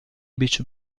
beach